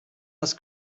das